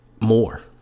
more